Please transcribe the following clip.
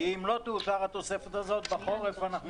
אם לא תאושר התוספת הזו בחורף אנחנו